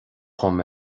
dom